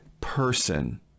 person